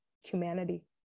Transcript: humanity